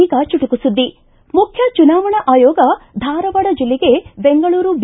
ಈಗ ಚುಟುಕು ಸುದ್ದಿ ಮುಖ್ಯ ಚುನಾವಣಾ ಆಯೋಗ ಧಾರವಾಡ ಜಿಲ್ಲೆಗೆ ಬೆಂಗಳೂರು ಬಿ